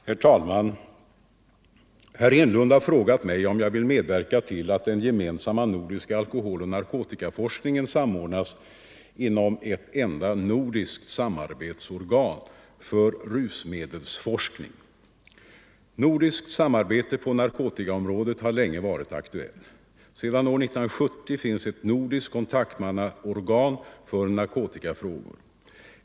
Herr talman! Herr Enlund har frågat mig om jag vill medverka till att den gemensamma nordiska alkoholoch narkotikaforskningen samordnas inom ett enda nordiskt samarbetsorgan för rusmedelsforskning. Nordiskt samarbete på narkotikaområdet har länge varit aktuellt. Sedan år 1970 finns ett nordiskt kontaktmannaorgan för narkotikafrågor.